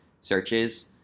searches